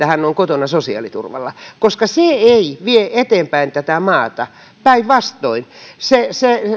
hän on kotona sosiaaliturvalla se ei vie eteenpäin tätä maata päinvastoin se